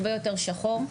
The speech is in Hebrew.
הרבה יותר שחור,